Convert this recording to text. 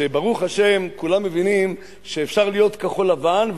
שברוך השם כולם מבינים שאפשר להיות כחול-לבן,